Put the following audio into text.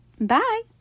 Bye